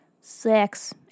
sex